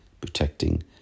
protecting